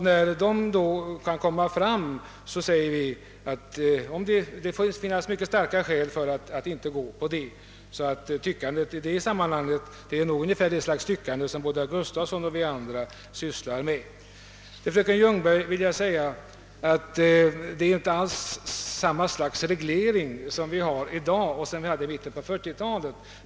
När denna lägger fram sitt förslag måste det, säger vi, finnas mycket starka skäl för att inte gå med på det. Tyckandet i detta sammanhang är nog av det slag som både herr Gustafsson och vi andra sysslar med. Fröken Ljungberg vill jag erinra om att det inte alls är samma slags reglering vi har i dag som vi hade i mitten av 1940-talet.